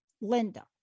Linda